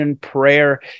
prayer